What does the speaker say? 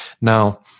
Now